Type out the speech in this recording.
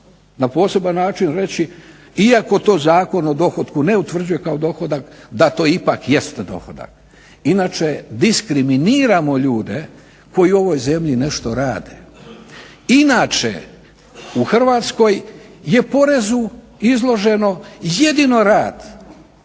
na poseban način reći, iako to zakon o dohotku ne utvrđuje kao dohodak da to ipak jeste dohodak inače diskriminiramo ljude koji u ovoj zemlji nešto rade. Inače u Hrvatskoj je porezu izloženo jedino rad,